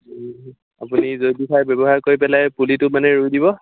আপুনি জৈৱিক সাৰ ব্যৱহাৰ কৰি পেলাই পুলিটো মানে ৰুই দিব